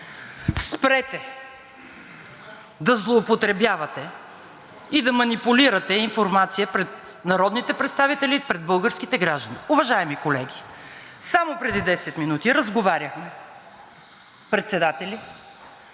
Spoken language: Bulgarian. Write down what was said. спрете да злоупотребявате и да манипулирате информация пред народните представители, пред българските граждани. Уважаеми колеги, само преди 10 минути разговаряхме председателите